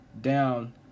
down